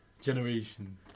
generation